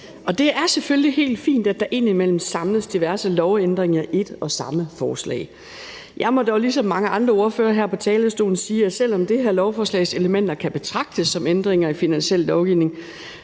Det er selvfølgelig helt fint, at der indimellem samles diverse lovændringer i et og samme forslag. Jeg må dog ligesom mange andre ordførere her på talerstolen sige, at selv om det her lovforslags elementer kan betragtes som ændringer i finansiel lovgivning,